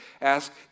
Ask